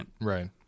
right